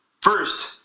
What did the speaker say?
first